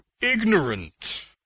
ignorant